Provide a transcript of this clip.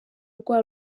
rwa